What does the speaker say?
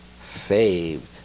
saved